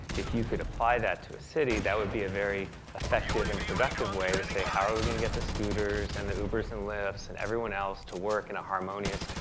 if you could apply that to a city that would be a very effective and productive way to say how are we gonna get the scooters and the uber's and lyft and everyone else to work in a harmonious,